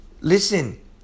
Listen